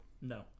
No